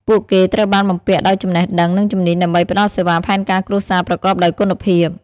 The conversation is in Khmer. ពួកគេត្រូវបានបំពាក់ដោយចំណេះដឹង និងជំនាញដើម្បីផ្តល់សេវាផែនការគ្រួសារប្រកបដោយគុណភាព។